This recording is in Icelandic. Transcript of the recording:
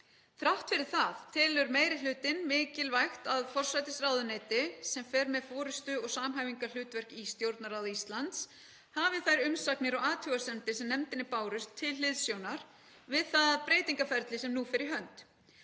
Þrátt fyrir það telur meiri hlutinn mikilvægt að forsætisráðuneyti, sem fer með forystu og samhæfingarhlutverk í Stjórnarráði Íslands, hafi þær umsagnir og athugasemdir sem nefndinni bárust til hliðsjónar við það breytingaferli sem nú fer í hönd.